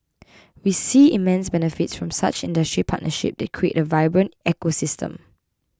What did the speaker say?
we see immense benefits from such industry partnership that creates a vibrant ecosystem